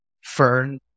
Fern